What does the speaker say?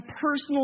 personal